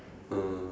um